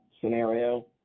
scenario